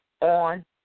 on